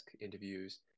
interviews